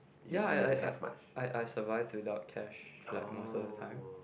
ya I I I I survive without cash like most of the time